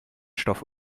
stoff